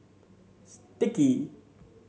Sticky